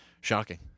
shocking